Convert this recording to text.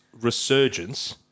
resurgence